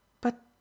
But